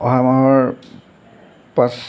অহা মাহৰ পাঁচ